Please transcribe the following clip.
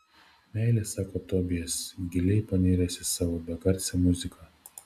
meilė sako tobijas giliai paniręs į savo begarsę muziką